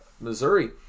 Missouri